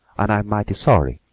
and i'm mighty sorry,